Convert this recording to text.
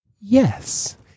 yes